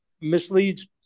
misleads